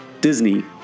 Disney